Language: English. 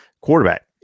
quarterback